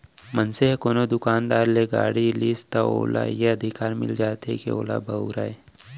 मनसे ह कोनो दुकानदार ले गाड़ी लिस त ओला ए अधिकार मिल जाथे के ओला बउरय